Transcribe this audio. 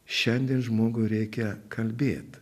šiandien žmogui reikia kalbėt